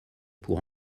pour